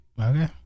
Okay